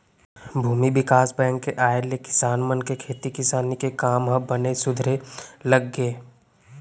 भूमि बिकास बेंक के आय ले किसान मन के खेती किसानी के काम ह बने सुधरे लग गे